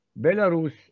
Belarus